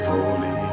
Holy